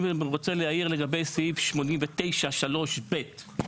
אני רוצה להעיר לגבי סעיף 89 3 ב',